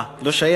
אה, לא שייך?